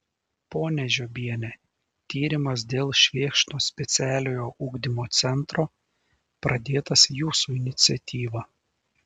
ponia žiobiene tyrimas dėl švėkšnos specialiojo ugdymo centro pradėtas jūsų iniciatyva